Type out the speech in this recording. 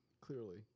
Clearly